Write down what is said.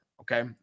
okay